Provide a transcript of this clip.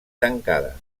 tancada